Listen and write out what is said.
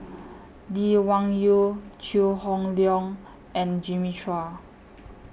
Lee Wung Yew Chew Hock Leong and Jimmy Chua